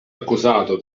accusato